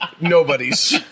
nobody's